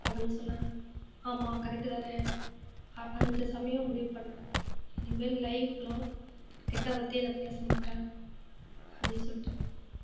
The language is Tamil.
அப்படின்னு சொன்னாங்க ஆமாம் கரெக்ட்டு தானே அந்த சமயம் முடிவு பண்ணேன் இனிமேல் லைஃப் லாங் கெட்ட வார்த்தையே நான் பேச மாட்டேன் அப்படின் சொல்லிட்டு